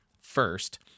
first